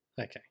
Okay